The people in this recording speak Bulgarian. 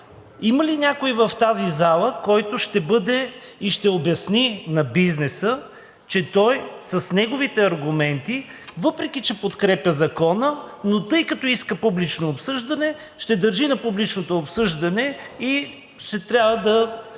Има ли някой в тази зала, който ще обясни на бизнеса, че той, с неговите аргументи, въпреки че подкрепя Закона, но тъй като иска публично обсъждане, ще държи на публичното обсъждане и ще трябва да